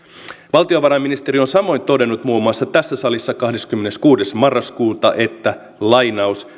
valtiovarainministeri on samoin todennut muun muassa tässä salissa kahdeskymmeneskuudes marraskuuta että